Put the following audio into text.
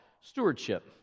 stewardship